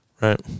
Right